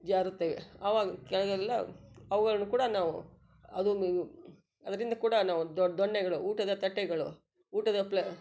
ಜಾರುತ್ತವೆ ಆವಾಗ ಕೆಳ್ಗೆ ಎಲ್ಲ ಅವ್ಗಳ್ನ ಕೂಡ ನಾವು ಅದೊಂದು ಅದರಿಂದ ಕೂಡ ನಾವು ದೊಡ್ಡ ದೊನ್ನೆಗಳು ಊಟದ ತಟ್ಟೆಗಳು ಊಟದ ಪ್ಲ